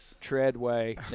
Treadway